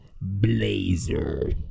Blazer